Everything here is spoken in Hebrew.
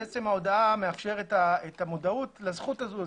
לכן עצם ההודעה מאפשרת את המודעות לזכות הזאת.